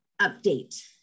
update